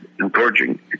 encouraging